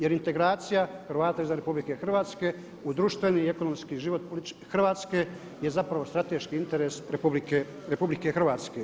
Jer integracija Hrvata izvan RH u društveni i ekonomski život Hrvatske je zapravo strateški interes RH.